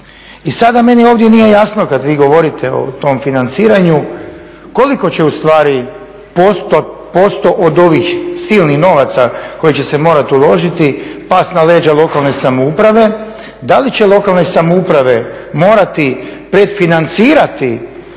I sada meni ovdje nije jasno kada vi govorite o tom financiranju, koliko će ustvari posto od ovih silnih novaca koji će se morati uložiti past na leđa lokalne samouprave, da li će lokalne samouprave morati predfinancirati